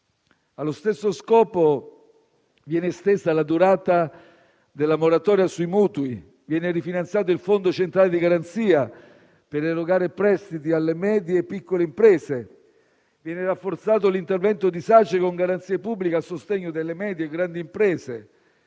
Allo stesso scopo viene estesa la durata della moratoria sui mutui; viene rifinanziato il Fondo centrale di garanzia per erogare prestiti alle medie e piccole imprese; viene rafforzato l'intervento della SACE con garanzie pubbliche a sostegno delle medie e grandi imprese;